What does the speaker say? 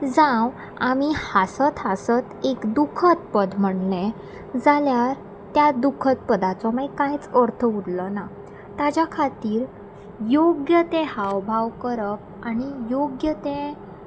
जावं आमी हांसत हांसत एक दुख्खद पद म्हणलें जाल्यार त्या दुख्खद पदाचो मागीर कांयच अर्थ उरलो ना ताच्या खातीर योग्य तें हावभाव करप आनी योग्य तें